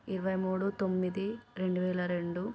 ఇరవై మూడు తొమ్మిది రెండువేల రెండు